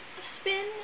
spin